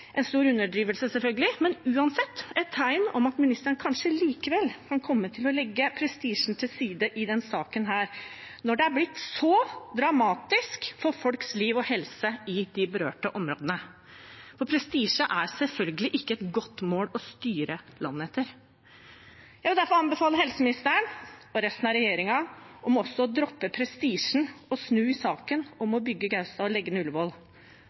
en stor underdrivelse, men uansett et tegn på at ministeren kanskje likevel kan komme til å legge prestisjen til side i denne saken når det er blitt så dramatisk for folks liv og helse i de berørte områdene – for prestisje er selvfølgelig ikke et godt mål å styre landet etter. Jeg vil derfor anbefale helseministeren og resten av regjeringen om også å droppe prestisjen og snu i saken om å bygge Gaustad og legge